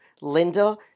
Linda